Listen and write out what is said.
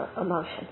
emotion